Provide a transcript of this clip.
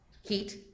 heat